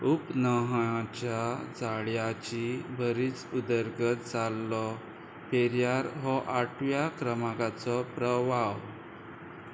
उपनहयाच्या जाळ्यांची बरीच उदरगत जाल्लो पेरियर हो आठव्या क्रमांकाचो प्रवाह